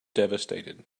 devastated